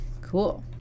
Cool